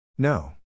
No